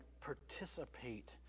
participate